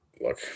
Look